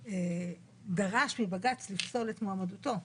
דרש מבג"ץ לפסול את מועמדותו.